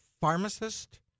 pharmacist